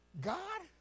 God